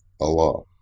Allah